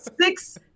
six